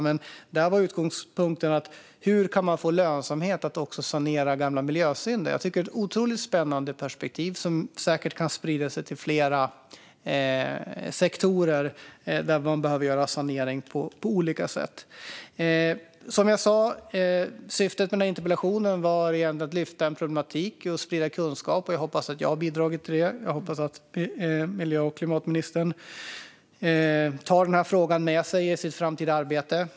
Men utgångspunkten vid Mittuniversitetet var hur man ska kunna få lönsamhet i fråga om att också sanera gamla miljösynder. Jag tycker att det är otroligt spännande perspektiv som säkert kan spridas till fler sektorer där man behöver göra sanering på olika sätt. Som jag sa var syftet med denna interpellation att lyfta fram en problematik och sprida kunskap, och jag hoppas att jag har bidragit till det. Jag hoppas att klimat och miljöministern tar denna fråga med sig i sitt framtida arbete.